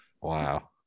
Wow